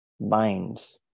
binds